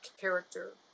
character